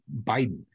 Biden